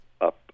up